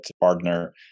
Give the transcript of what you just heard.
partner